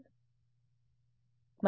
విద్యార్థి అవును